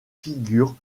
figurent